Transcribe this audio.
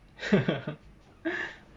呵呵呵